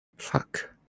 fuck